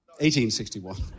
1861